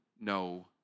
no